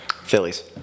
Phillies